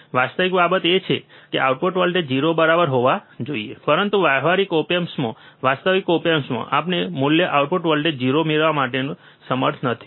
વાસ્તવિક બાબત એ છે કે આઉટપુટ વોલ્ટેજ 0 બરાબર હોવા જોઈએ પરંતુ વ્યવહારિક ઓપ એમ્પમાં વાસ્તવિક ઓપ એમ્પમાં આપણે મૂલ્ય આઉટપુટ વોલ્ટેજ 0 મેળવવા માટે સમર્થ નથી